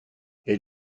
elle